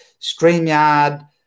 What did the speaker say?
StreamYard